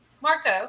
marco